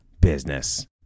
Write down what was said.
business